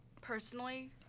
Personally